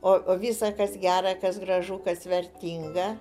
o visa kas gera kas gražu kas vertinga